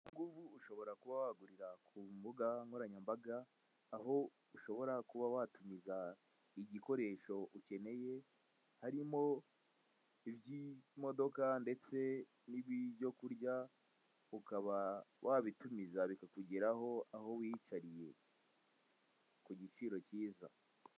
Iguriro ryo kuri murandasi. Iri guriro ryitwa MIGRO Shop, ritanga serivisi zirimo gutumiriza abantu imodoka hanze y'igihugu, kubagurisha ibyo kurya ndetse n'ibindi bintu byose bifuza. Iri guriro kandi rigeza ku bakiriya ibyo baguze, bitabaye ngombwa ko bajya kubyifatira.